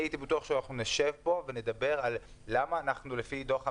אני הייתי בטוח שאנחנו נשב פה ונאמר למה לפי דוח ה-מ.מ.מ.